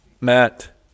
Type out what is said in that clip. Matt